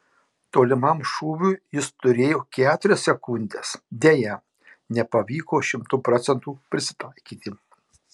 tolimam šūviui jis turėjo keturias sekundes deja nepavyko šimtu procentų prisitaikyti